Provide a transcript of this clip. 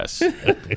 Yes